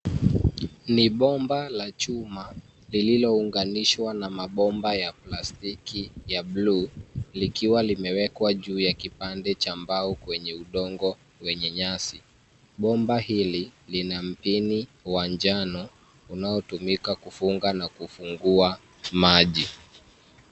Ni bomba la chuma lililounganishwa na mabomba ya plastiki ya bluu, likiwa limewekwa juu ya kipande cha mbao kwenye udongo wenye nyasi. Bomba hili, lina mpini wa njano unaotumika kufunga na kufungua maji.